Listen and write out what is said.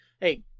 hey